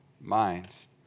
minds